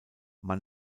man